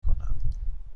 کنم